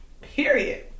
Period